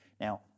Now